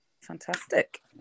Fantastic